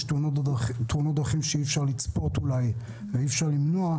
יש תאונות דרכים שאולי אי-אפשר לצפות ואי-אפשר למנוע,